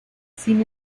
sin